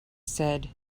said